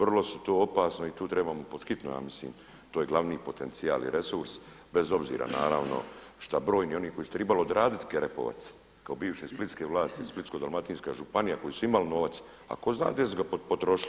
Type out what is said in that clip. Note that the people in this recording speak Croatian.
Vrlo, vrlo je to opasno i tu trebamo pod hitno, ja mislim, to je glavni potencijal i resurs, bez obzira naravno šta brojni oni koji su trebali odraditi Karepovac kao bivše splitske vlasti, Splitsko-dalmatinska županija koji su imali novac a tko zna gdje su ga potrošili.